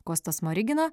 kosto smorigino